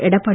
Edappadi